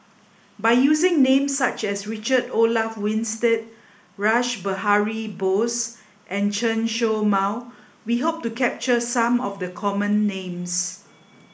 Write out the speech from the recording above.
by using names such as Richard Olaf Winstedt Rash Behari Bose and Chen Show Mao we hope to capture some of the common names